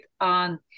on